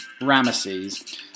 Ramesses